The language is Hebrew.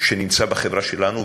שנמצא בחברה שלנו,